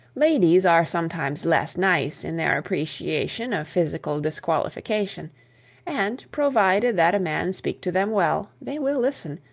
ladies are sometimes less nice in their appreciation of physical disqualification and, provided that a man speak to them well, they will listen,